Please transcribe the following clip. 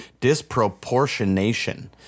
Disproportionation